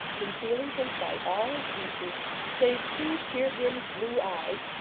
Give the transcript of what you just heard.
concealing from sight all his features save two tear brimmed blue eyes,